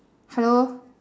hello